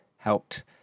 Helped